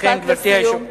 חברת הכנסת יחימוביץ.